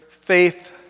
Faith